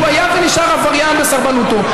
כי הוא היה ונשאר עבריין בסרבנותו.